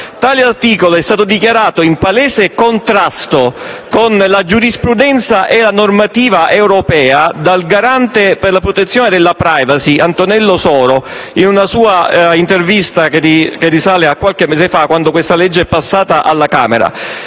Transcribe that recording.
Tale articolo è stato dichiarato in palese contrasto con la giurisprudenza e la normativa europea dal garante per la protezione della *privacy* Antonello Soro, in una sua intervista che risale a qualche mese fa, quando questo provvedimento è passato alla Camera.